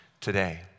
today